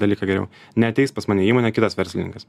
dalyką geriau neateis pas mane į įmonę kitas verslininkas